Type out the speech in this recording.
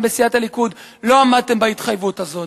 בסיעת הליכוד לא עמדתם בהתחייבות הזאת.